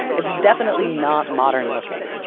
it's definitely not modern-looking,